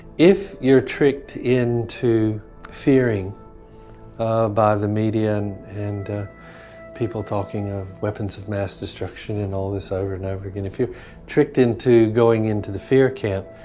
if you are tricked into fearing by the media and and people talking of weapons of mass destruction, and all this over and over again, if you are tricked into going into the fear camp,